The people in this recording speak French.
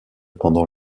pendant